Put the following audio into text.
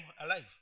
alive